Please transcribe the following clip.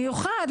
מיוחד,